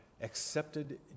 accepted